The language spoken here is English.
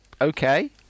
Okay